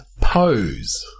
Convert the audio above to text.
pose